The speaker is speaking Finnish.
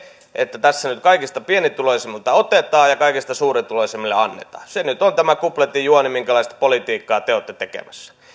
että tässä nyt kaikista pienituloisimmilta otetaan ja kaikista suurituloisimmille annetaan se nyt on tämän kupletin juoni minkälaista politiikkaa te olette tekemässä